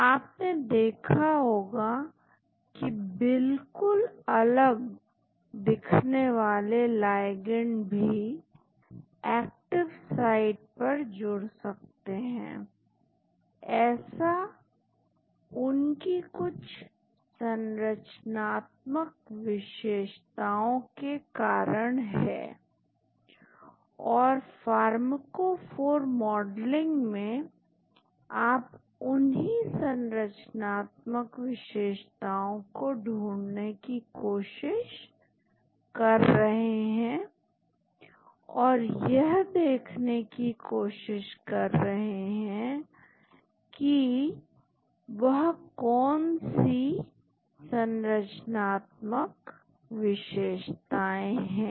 आपने देखा होगा कि बिल्कुल अलग दिखने वाले लाइगैंड भी एक्टिव साइट पर जुड़ सकते हैं ऐसा उनकी कुछ संरचनात्मक विशेषताओं के कारण है और फार्मकोफोर मॉडलिंग में आप उन्हीं संरचनात्मक विशेषताओं को ढूंढने की कोशिश कर रहे हैं और यह देखने की कोशिश कर रहे हैं कि वह कौन से जरूरी संरचनात्मक विशेषताएं है